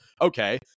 okay